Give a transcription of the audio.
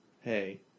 Hey